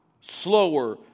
slower